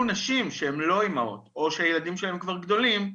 נשים שהן לא אמהות או שהילדים שלהם כבר גדולים,